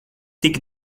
tik